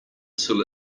till